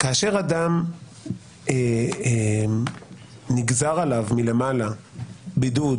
כאשר נגזר על אדם מלמעלה בידוד,